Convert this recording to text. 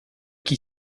qui